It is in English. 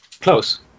Close